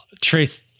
trace